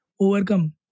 overcome